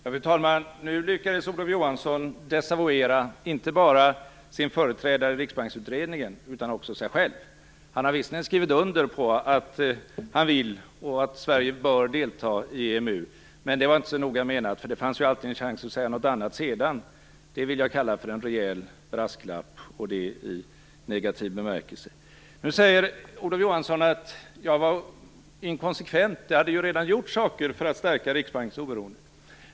Fru talman! Olof Johansson lyckades desavouera inte bara sin företrädare i Riksbanksutredningen utan också sig själv. Han har visserligen skrivit under på att han vill att Sverige skall delta och att Sverige bör delta i EMU. Men det var inte så noga menat, för det fanns ju alltid en chans att säga något annat sedan. Det vill jag kalla en rejäl brasklapp, och det i negativ bemärkelse. Olof Johansson säger att jag var inkonsekvent. Det hade ju redan vidtagits åtgärder för att stärka Riksbankens oberoende.